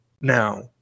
Now